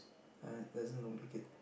err doesn't